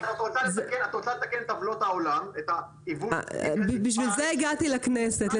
את רוצה לתקן את עוולות העולם --- בשביל זה הגעתי לכנסת,